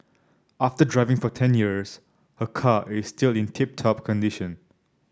after driving for ten years her car is still in tip top condition